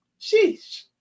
sheesh